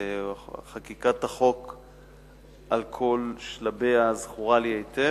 וחקיקת החוק על כל שלביה זכורה לי היטב,